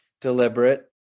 deliberate